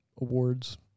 awards